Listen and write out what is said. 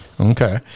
okay